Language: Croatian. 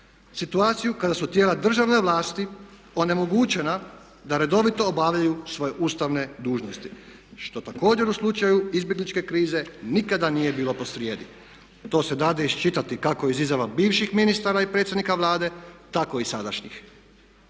situaciju kada su tijela državne vlasti onemogućena da redovito obavljaju svoje ustavne dužnosti što također u slučaju izbjegličke krize nikada nije bilo posrijedi. To se da isčitati kako iz izjava bivših ministara i predsjednika Vlade tako i sadašnjih.